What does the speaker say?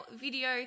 video